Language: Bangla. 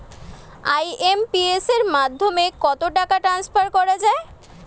আই.এম.পি.এস এর মাধ্যমে কত টাকা ট্রান্সফার করা যায়?